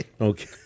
Okay